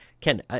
Ken